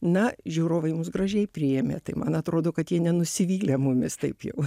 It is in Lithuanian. na žiūrovai mus gražiai priėmė tai man atrodo kad jie nenusivylė mumis taip jau